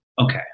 okay